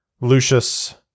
Lucius